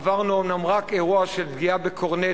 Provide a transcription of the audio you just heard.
עברנו אומנם רק אירוע של פגיעת "קורנט"